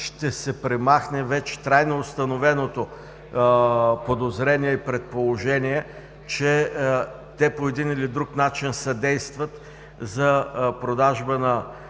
ще се премахне вече трайно установеното подозрение и предположение, че те по един или друг начин съдействат за продажба на